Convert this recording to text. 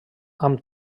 amb